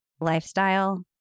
lifestyle